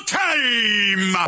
time